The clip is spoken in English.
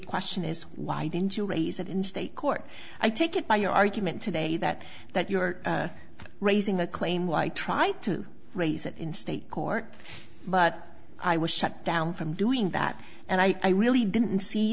question is why didn't you raise it in state court i take it by your argument today that that you're raising the claim why i tried to raise it in state court but i was shut down from doing that and i really didn't see